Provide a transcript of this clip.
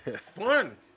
Fun